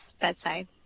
bedside